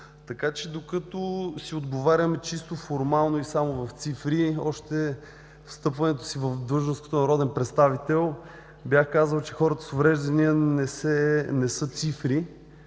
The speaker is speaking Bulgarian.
така че докато си отговаряме чисто формално и само в цифри, още с встъпването си в длъжност като народен представител бях казал, че хората с увреждания не са цифри